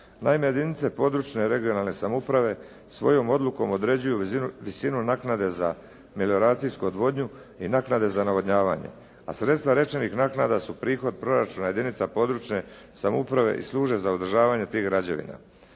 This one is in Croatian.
Naime jedinice područne i regionalne samouprave svojom odlukom određuju visinu naknade za melioracijsku odvodnju i naknade za navodnjavanje, a sredstva rečenih naknada su prihod proračuna jedinica područne samouprave i služe za održavanje tih građevina.